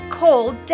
cold